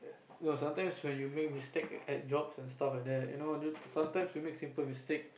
no sometimes when you make mistake at jobs and stuffs like that you know sometimes we make simple mistake